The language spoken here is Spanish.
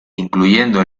incluyendo